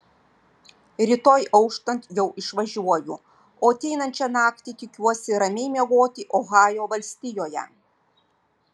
rytoj auštant jau išvažiuoju o ateinančią naktį tikiuosi ramiai miegoti ohajo valstijoje